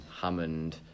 Hammond